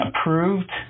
approved